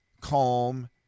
calm